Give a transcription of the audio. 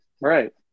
right